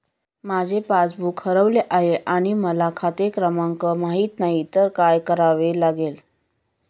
माझे पासबूक हरवले आहे आणि मला खाते क्रमांक माहित नाही तर काय करावे लागेल?